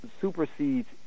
supersedes